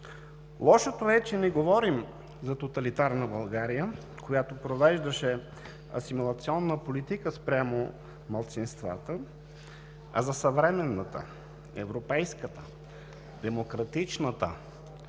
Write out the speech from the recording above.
Лошото е, че не говорим за тоталитарна България, която провеждаше асимилационна политика спрямо малцинствата, а за съвременната, европейската, демократичната,